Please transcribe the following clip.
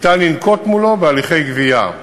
ניתן לנקוט מולו הליכי גבייה.